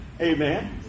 Amen